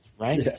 Right